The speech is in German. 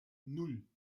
nan